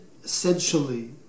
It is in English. essentially